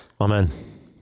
Amen